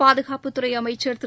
பாதுகாப்புத்துறை அமைச்ச் திரு